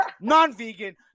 non-vegan